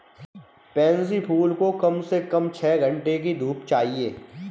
pansy फूल को कम से कम छह घण्टे की धूप चाहिए